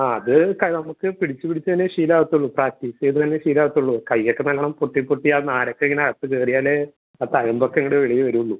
ആ ത് ക നമുക്ക് പിടിച്ച് പിടിച്ച് തന്നെ ശീലം ആകത്തുളളൂ പ്രാക്റ്റീസ് ചെയ്തുതന്നെ ശീലം ആകത്തുളളൂ കൈയ്യൊക്കെ നല്ലോണം പൊട്ടി പൊട്ടി ആ നാരൊക്കെ ഇങ്ങനെ അകത്ത് കയറിയാലേ ആ തഴമ്പൊക്കെ ഇങ്ങോട്ട് വെളിയിൽ വരുളളൂ